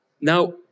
now